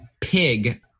Pig